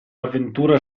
avventura